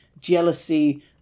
jealousy